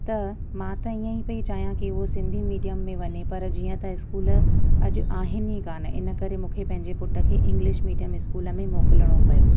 त मां त हीअं ई पई चाहियां की हूअ सिंधी मीडियम में वञे पर जीअं त स्कूल अॼु आहिनि ई कोन्ह इन करे मूंखे पंहिंजे पुटु खे इंग्लिश मीडियम स्कूल में मोकोलिणो पियो